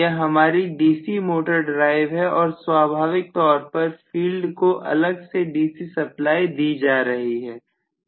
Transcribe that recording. यह हमारी DC motor drive है और स्वाभाविक तौर पर फील्ड को अलग से डीसी सप्लाई दी जा रही है